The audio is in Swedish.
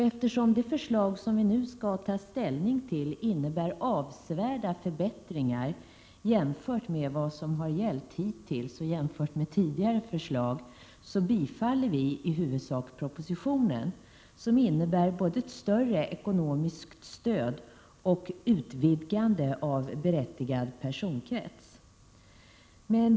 Eftersom det förslag vi nu skall ta ställning till innebär avsevärda förbättringar jämfört med vad som har gällt hittills och jämfört med tidigare förslag vill vi i huvudsak bifalla propositionen, som innebär både ett större ekonomiskt stöd och ett utvidgande av berättigad personkrets.